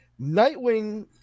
Nightwing